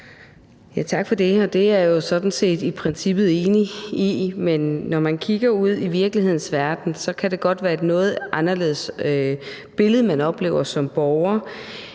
Tak for det. Det er jeg jo sådan set i princippet enig i, men når man som borger kigger ud i virkelighedens verden, kan det godt være et noget anderledes billede, man oplever. Når